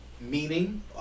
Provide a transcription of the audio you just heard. meaning